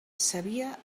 sabia